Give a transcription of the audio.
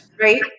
right